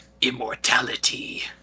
immortality